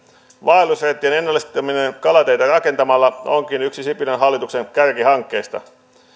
vaellusreittien ennallistaminen kalateitä rakentamalla onkin yksi sipilän hallituksen kärkihankkeista